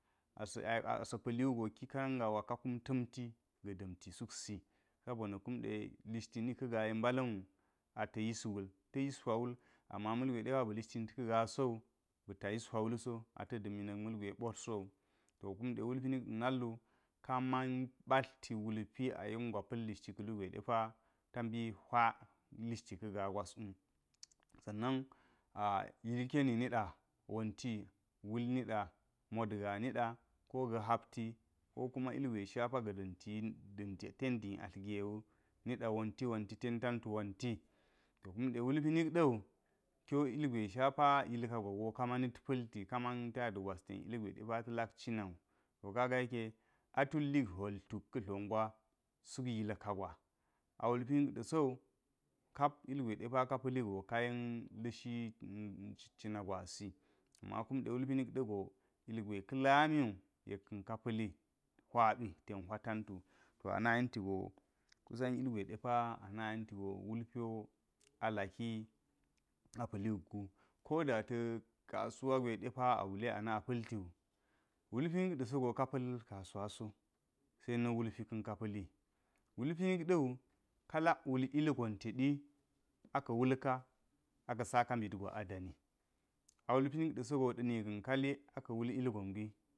sa̱ pa̱li wugo ki karanga gwa ka kum ta̱nti ga̱ da̱mti suk si sabo na̱ kume lishti nika gaa yen mbala̱nwu ata yis wul, ta̱ yis hira wul, ama ma̱l gwe depa ba̱ lishti nit ka gaa so wo ba̱ta yis hwa wulso, ata̱ dami na̱k malgwe botl so wo. To kumɗe wulpi nik ɗe nalwu ka man ɓatlti wulpi a yen gwa pa̱l lishti ka̱ lugwe ta mbi hira lishti ka̱ gaa gwo wu. Sannan a yilkeni niɗa wonti wul niɗe, motgaa niɗa, koga̱ hapti ko kuma ilgwe shepa ga̱ da̱nti ten di atl gewu niɗa wonti wonti ten tantu wonti, to kumɗe wulpi nik ɗawi kiwo ilgwe shapa yilka gwa go ka manit pa̱lti, ka man tayad gwas ten ilgwe depa ta̱ lak ci nawu. To kaga jeke a tullik hwol tuk ka̱ dlogwa suk yilka gwa. A wulpi nik ɗa sowu kap ilgwe depa ka pa̱li go ka yen la̱shi cit cina gwasi, kum ɗe lalulpi nik ɗa̱go ilgwe ka lami wu ka̱n ka pa̱li hwabli, tenta hwa tentu to ana yenti go kusan ilgwe depa ana yenti go wulp wo a laki a pa̱li wu guk ko da ta̱ kasuwa gwe de ana pa̱ltiwu inulpi nik ɗa̱ sogo ka pa̱l kasuwaso se na̱ wulpi kan ka pa̱lil wulpi nik ɗa̱wu ka lak wul ilgon te ɗi aka wulka aka saka nbit gwa a dani. A wulpi nik ɗa̱ sogo mika̱n ka li aka wul ilgon gwi.